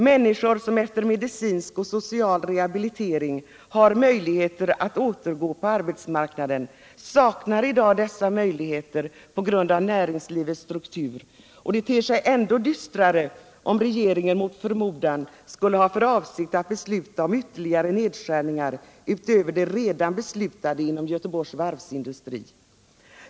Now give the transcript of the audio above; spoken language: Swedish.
Människor som efter medicinsk och social rehabilitering har möjligheter att återgå till arbete saknar i dag dessa möjligheter, och utsikterna för framtiden ter sig ändå dystrare om regeringen mot förmodan skulle ha för avsikt att besluta om ytterligare nedskärningar utöver de redan beslutade inom Göteborgs varvsindustri.